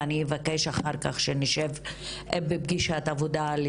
אני גם אבקש אחר כך שאנחנו נשב בפגישת עבודה על